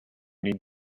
need